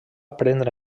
prendre